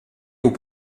aux